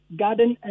garden